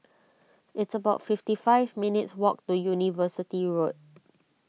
it's about fifty five minutes' walk to University Road